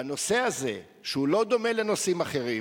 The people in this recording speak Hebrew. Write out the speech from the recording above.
בנושא הזה שהוא לא דומה לנושאים אחרים,